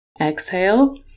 Exhale